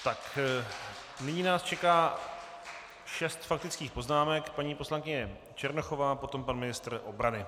Tak nyní nás čeká šest faktických poznámek paní poslankyně Černochová, potom pan ministr obrany.